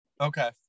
Okay